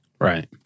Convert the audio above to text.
Right